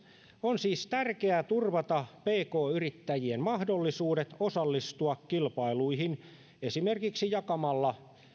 on siis tärkeää turvata pk yrittäjien mahdollisuudet osallistua kilpailuihin esimerkiksi jakamalla